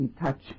touch